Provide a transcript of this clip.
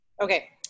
Okay